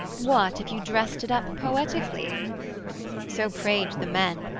what, if you drest it up poetically so prayed the men,